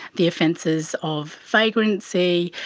the offences of vagrancy,